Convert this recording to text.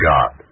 God